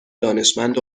دانشمند